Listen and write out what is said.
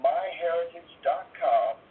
MyHeritage.com